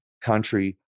country